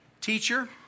Teacher